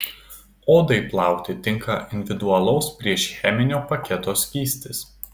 odai plauti tinka individualaus priešcheminio paketo skystis